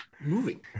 moving